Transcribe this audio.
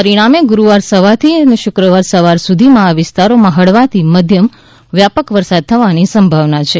પરિણામે ગુરૂવાર સવારથી શુક્રવાર સવાર સુધીમાં આ વિસ્તારોમાં હળવાથી મધ્યમ વ્યાપક વરસાદ થવાની સંભાવના છે